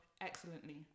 excellently